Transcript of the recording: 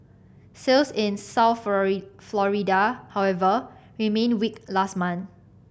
sales in South Florida however remained weak last month